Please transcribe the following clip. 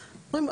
כן,